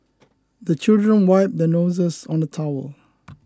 the children wipe their noses on the towel